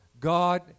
God